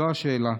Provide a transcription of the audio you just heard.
זו השאלה.